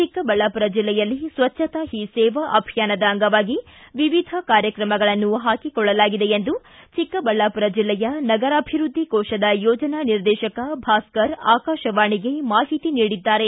ಚಿಕ್ಕಬಳ್ಳಾಪುರ ಬೆಲ್ಲೆಯಲ್ಲಿ ಸ್ವಚ್ಛತಾ ಹೀ ಸೇವಾ ಅಭಿಯಾನದ ಅಂಗವಾಗಿ ವಿವಿಧ ಕಾರ್ಯತ್ರಮಗಳನ್ನು ಹಾಕಿಕೊಳ್ಳಲಾಗಿದೆ ಎಂದು ಚಿಕ್ಕಬಳ್ಳಾಪುರ ಬೆಲ್ಲೆಯ ನಗರಾಭಿವೃದ್ಧಿ ಕೋಶದ ಯೋಜನಾ ನಿರ್ದೇಶಕ ಭಾಸ್ಕರ್ ಆಕಾಶವಾಣಿಗೆ ಮಾಹಿತಿ ನೀಡಿದ್ದಾರೆ